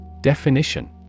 Definition